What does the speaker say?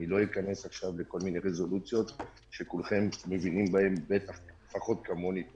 אני לא איכנס עכשיו לכל מיני רזולוציות שכולכם מבינים בהן לפחות כמוני,